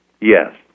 Yes